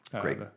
Great